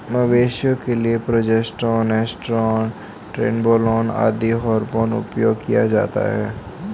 मवेशियों के लिए प्रोजेस्टेरोन, टेस्टोस्टेरोन, ट्रेनबोलोन आदि हार्मोन उपयोग किया जाता है